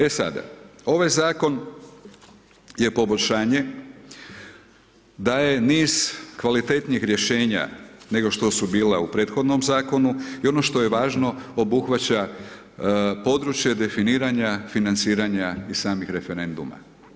E sada, ovaj Zakon je poboljšanje, daje niz kvalitetnih rješenja nego što su bila u prethodnom Zakonu, i ono što je važno obuhvaća područje definiranja financiranja i samih referenduma.